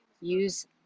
use